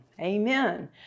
Amen